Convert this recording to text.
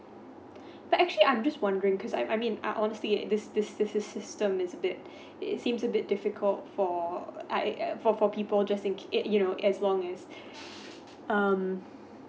but actually I'm just wondering because I mean I honestly this this this this system is a bit it seems a bit difficult for I~ err four people just in uh you know as long as um